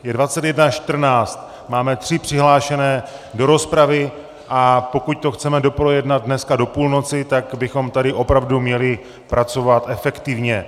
Je 21.14, máme tři přihlášené do rozpravy, a pokud to chceme doprojednat dneska do půlnoci, tak bychom tady opravdu měli pracovat efektivně.